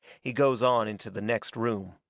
he goes on into the next room.